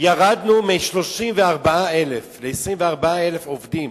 ירדנו מ-34,000 ל-24,000 עובדים,